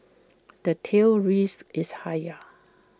the tail risk is higher